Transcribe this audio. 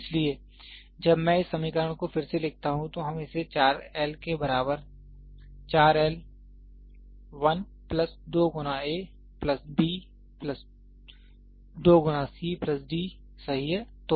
इसलिए जब मैं इस समीकरण को फिर से लिखता हूं तो हम इसे 4 Lके बराबर 4 L 1 प्लस 2 गुना a प्लस b प्लस 2 गुना c प्लस d सही है